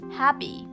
happy